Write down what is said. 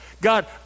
God